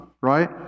right